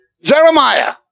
Jeremiah